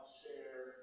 share